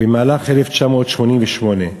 במהלך 1988,